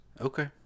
Okay